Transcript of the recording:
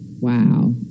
Wow